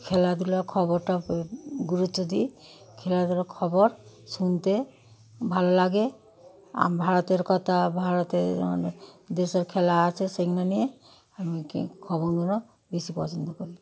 খেলাধুলার খবরটা ওই গুরুত্ব দিই খেলাধুলার খবর শুনতে ভালো লাগে ভারতের কথা ভারতের অনেক দেশের খেলা আছে সেইগুলো নিয়ে আমি আর কি খবরগুলো বেশি পছন্দ করি